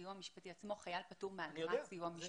בסיוע המשפטי עצמו חייל פטור מאגרת סיוע משפטי.